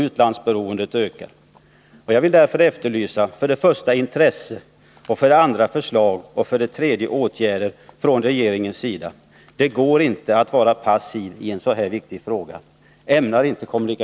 Utlandsberoendet ökar. Jag vill därför efterlysa för det första intresse, för det andra förslag och för det tredje åtgärder från regeringens sida. Det går inte att vara passiv i en så viktig fråga.